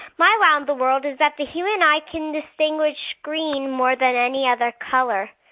my wow in the world is that the human eye can distinguish green more than any other color.